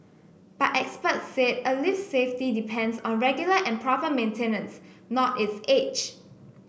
but experts said a lift's safety depends on regular and proper maintenance not its age